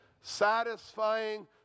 satisfying